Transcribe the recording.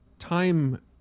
time